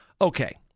Okay